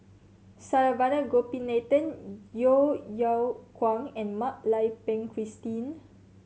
Saravanan Gopinathan Yeo Yeow Kwang and Mak Lai Peng Christine